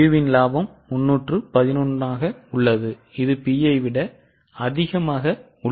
Q இன் லாபம் 311 ஆக உள்ளது இது Pயை விட அதிகமாக உள்ளது